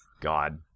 God